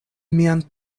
mian